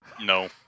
No